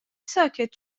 ساکت